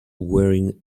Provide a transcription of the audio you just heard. wearing